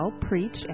preach